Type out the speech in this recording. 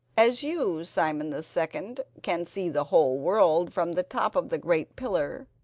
as you, simon the second, can see the whole world from the top of the great pillar,